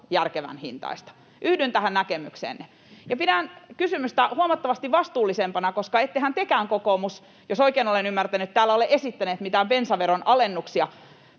järkevän hintaista. Yhdyn tähän näkemykseenne. Pidän kysymystä huomattavasti vastuullisempana, koska ettehän tekään, kokoomus, jos oikein olen ymmärtänyt, täällä ole esittäneet mitään bensaveron alennuksia